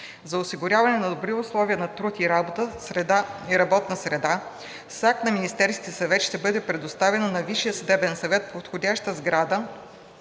За осигуряване на добри условия на труд и работна среда с акт на Министерския съвет ще бъде предоставена на Висшия съдебен съвет подходяща сграда